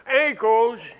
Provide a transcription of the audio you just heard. ankles